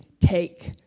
take